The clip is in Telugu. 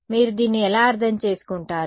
కాబట్టి మీరు దీన్ని ఎలా అర్థం చేసుకుంటారు